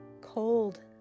Cold